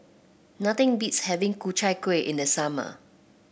nothing beats having Ku Chai Kueh in the summer